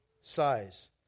size